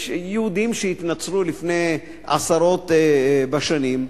יהודים שהתנצרו לפני עשרות שנים,